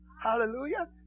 Hallelujah